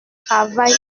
travail